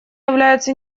являются